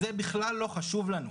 זה בכלל לא חשוב לנו.